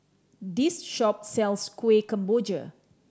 this shop sells Kuih Kemboja